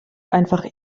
einfach